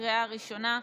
לקריאה הראשונה.